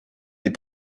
les